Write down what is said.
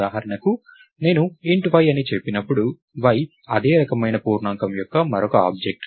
ఉదాహరణకు నేను Int y అని చెప్పినప్పుడు y అదే రకమైన పూర్ణాంకం యొక్క మరొక ఆబ్జెక్ట్